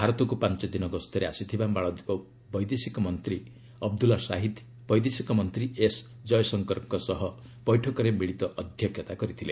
ଭାରତକୁ ପାଞ୍ଚଦିନ ଗସ୍ତରେ ଆସିଥିବା ମାଳଦୀପ ବୈଦେଶିକ ମନ୍ତ୍ରୀ ଅବଦୁଲ୍ଲ ସାହିଦ୍ ବୈଦେଶିକ ମନ୍ତ୍ରୀ ଏସ୍ ଜୟଶଙ୍କରଙ୍କ ସହ ବୈଠକରେ ମିଳିତ ଅଧ୍ୟକ୍ଷତା କରିଥିଲେ